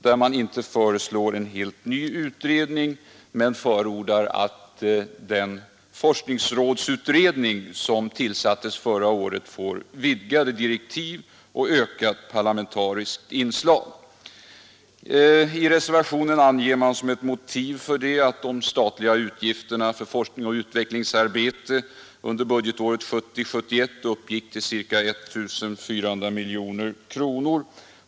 I denna föreslås inte en helt ny utredning utan förordas att den forskningsrådsutredning som tillsattes förra året får vidgade direktiv och ökat parlamentariskt inslag. I reservationen anges som ett motiv att de statliga utgifterna för forskningsoch utvecklingsarbete under budgetåret 1970/71 uppgick till ca 1400 miljoner kronor.